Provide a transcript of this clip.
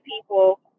people